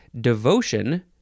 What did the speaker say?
Devotion